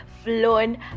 Flown